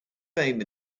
fame